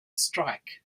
strike